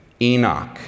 Enoch